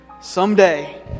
someday